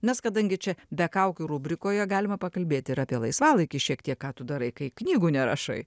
mes kadangi čia be kaukių rubrikoje galime pakalbėti ir apie laisvalaikį šiek tiek ką tu darai kai knygų nerašai